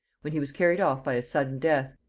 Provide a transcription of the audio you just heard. when he was carried off by a sudden death,